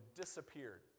disappeared